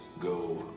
go